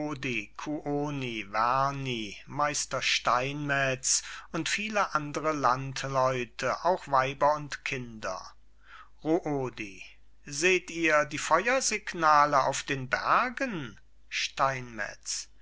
meister steinmetz und viele andere landleute auch weiber und kinder ruodi seht ihr die feuersignale auf den bergen steinmetz